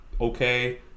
okay